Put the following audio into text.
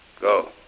Go